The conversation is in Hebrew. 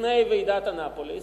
לפני ועידת אנאפוליס,